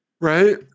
Right